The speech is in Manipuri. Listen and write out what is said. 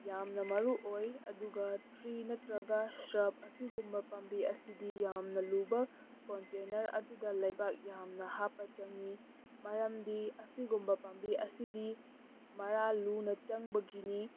ꯌꯥꯝꯅ ꯃꯔꯨ ꯑꯣꯏ ꯑꯗꯨꯒ ꯇ꯭ꯔꯤ ꯅꯠꯇ꯭ꯔꯒ ꯁ꯭ꯔꯕ ꯑꯁꯤꯒꯨꯝꯕ ꯄꯥꯝꯕꯤ ꯑꯁꯤꯗꯤ ꯌꯥꯝꯅ ꯂꯨꯕ ꯀꯣꯟꯇꯦꯅꯔ ꯑꯗꯨꯗ ꯂꯩꯕꯥꯛ ꯌꯥꯝꯅ ꯍꯥꯞꯄ ꯆꯪꯉꯤ ꯃꯔꯝꯗꯤ ꯑꯁꯤꯒꯨꯝꯕ ꯄꯥꯝꯕꯤ ꯑꯁꯤꯗꯤ ꯃꯔꯥ ꯂꯨꯅ ꯆꯪꯕꯒꯤꯅꯤ